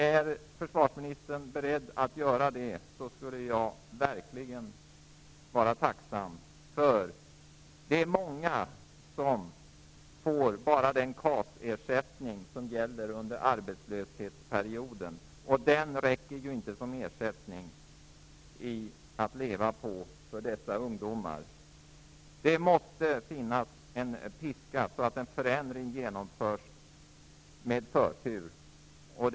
Är försvarsministern beredd att göra det, skulle jag verkligen vara tacksam. Det är nämligen många som bara får den KAS-ersättning som ges under arbetslöshetsperioden, men den räcker ju inte för dessa ungdomar att leva på. Det måste finnas en piska, så att en förändring genomförs och så att detta får förtur.